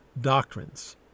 doctrines